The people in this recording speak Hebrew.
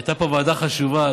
הייתה פה ועדה חשובה,